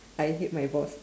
I hate my boss